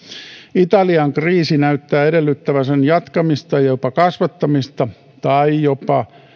italian kriisi näyttää edellyttävän sen jatkamista ja jopa kasvattamista tai jopa